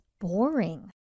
boring